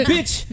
Bitch